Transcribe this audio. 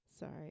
Sorry